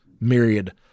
myriad